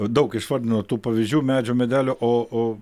daug išvardinot tų pavyzdžių medžių medelių o o